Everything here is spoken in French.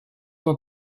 ton